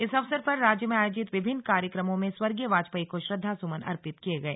इस अवसर पर राज्य में आयोजित विभिन्न कार्यक्रमों में स्वर्गीय वाजपेयी को श्रद्वासुमन अर्पित किये गए